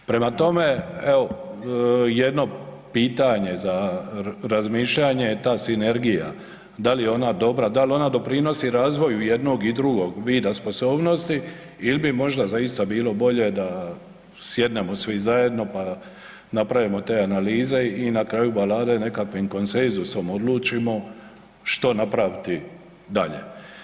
Prema tome, evo jedno pitanje za razmišljanje, ta sinergija, da li je ona dobra, da li ona doprinosi razvoju jednog i drugog vida sposobnosti il bi možda zaista bilo bolje da sjednemo svi zajedno, pa napravimo te analize i na kraju balade nekakvim konsenzusom odlučimo što napraviti dalje.